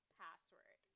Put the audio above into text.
password